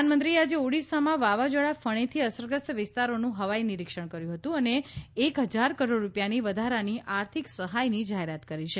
પ્રધાનમંત્રીએ આજે ઓડિશામાં વાવાઝોડા ફણીથી અસરગ્રસ્ત વિસ્તારોનું હવાઇ નિરીક્ષમ કર્યું હતું અને એક હજાર કરોડ રૂપિયાની વધારાની આર્થિક સહાયની જાહેરાત કરી છે